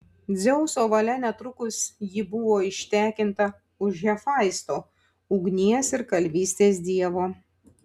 dzeuso valia netrukus ji buvo ištekinta už hefaisto ugnies ir kalvystės dievo